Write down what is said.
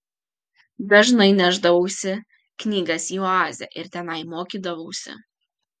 dažnai nešdavausi knygas į oazę ir tenai mokydavausi